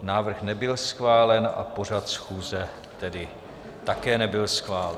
Návrh nebyl schválen a pořad schůze tedy také nebyl schválen.